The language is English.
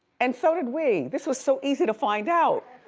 and so did we. this was so easy to find out.